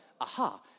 aha